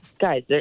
guys